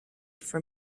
for